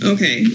Okay